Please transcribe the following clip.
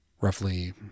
roughly